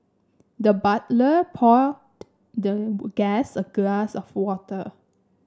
the butler poured the guest a glass of water